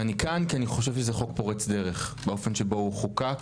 ואני כאן כי אני חושב זה חוק פורץ דרך באופן שבו הוא חוקק,